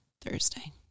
Thursday